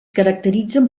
caracteritzen